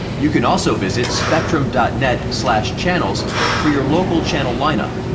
you can also visit spectrum dot net slash channels for your local channel lineup,